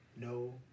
no